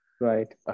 Right